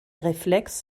reflex